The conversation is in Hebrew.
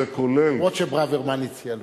כמו שברוורמן הציע לו.